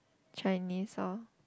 Chinese lor